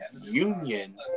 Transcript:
union